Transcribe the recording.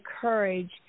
courage